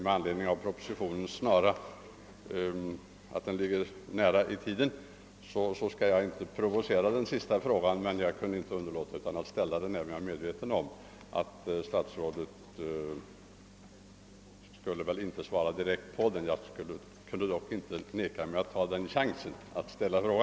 Eftersom propositionen tydligen snart kommer att framläggas skall jag inte provocera statsrådet att svara på min sista fråga, men jag kunde inte underlåta att ta chansen att ställa följdfrågan, även om jag var väl medveten om att statsrådet troligen inte skulle komma att svara direkt på den.